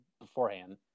beforehand